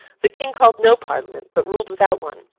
the king called no parliament but ruled without one.